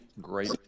great